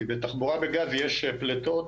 כי בתחבורה בגז יש פליטות